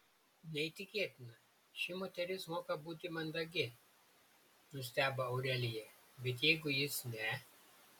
neįtikėtina ši moteris moka būti mandagi nustebo aurelija bet jeigu jis ne